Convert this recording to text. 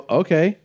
okay